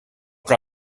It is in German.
gar